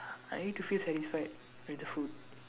I need to feel satisfied with the food